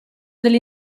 degli